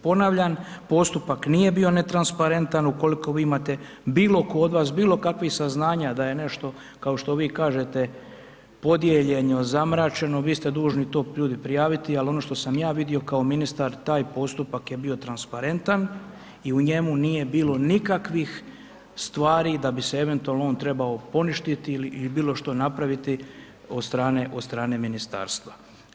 Ponavljam, postupak nije bio netransparentan, ukoliko vi imate, bilo tko od vas, bilo kakvih saznanja, da je nešto kao što vi kažete podijeljeno, zamračeno, vi ste dužni to, ljudi, prijaviti, ali ono što sam ja vidio, kao ministar, taj postupak je bio transparentan i u njemu nije bilo nikakvih stvari da bi se eventualno on trebao poništiti ili bilo što napraviti od strane ministarstva.